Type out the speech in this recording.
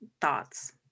thoughts